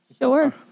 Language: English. Sure